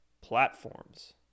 platforms